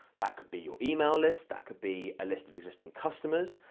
that could be your email list, that could be a list of existing customers,